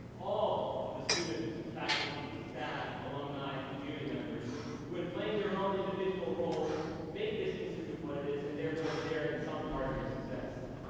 all of the students, faculty, staff, alumni, and community members who, in playing their own individual roles, make this institute what it is and, therefore, share in some part of your success.